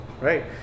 right